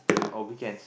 or weekends